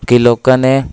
ਕਿ ਲੋਕਾਂ ਨੇ